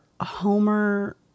Homer